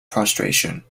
prostration